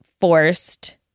forced